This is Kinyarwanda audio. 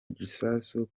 gisasu